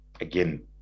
again